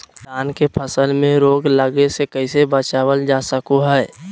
धान के फसल में रोग लगे से कैसे बचाबल जा सको हय?